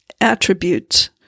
attribute